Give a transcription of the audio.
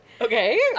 Okay